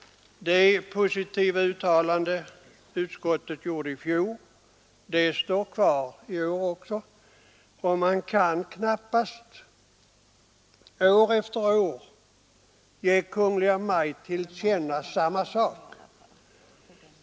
Det positiva uttalande utskottet gjorde i fjol står kvar i år också, och man kan knappast år efter år ge Kungl. Maj:t till känna samma sak.